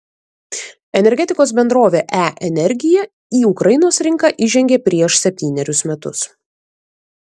energetikos bendrovė e energija į ukrainos rinką įžengė prieš septynerius metus